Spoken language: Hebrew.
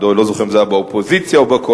ואני לא זוכר אם זה היה באופוזיציה או בקואליציה,